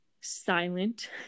silent